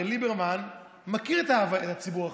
הרי ליברמן מכיר את הציבור החרדי,